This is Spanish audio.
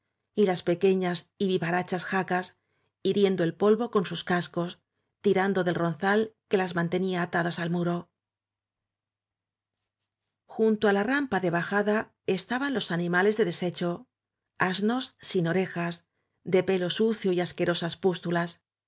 y las pequeñas y vivarachas jacas hiriendo el polvo con sus cascos tirando del ronzal que las man tenía atadas al muro junto á la rampa de bajada estaban los animales de desecho asnos sin orejas de pelo sucio y asquerosas pústulas